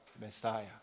Messiah